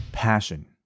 passion